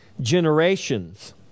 generations